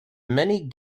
many